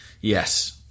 Yes